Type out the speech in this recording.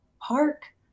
Park